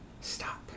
stop